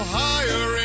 higher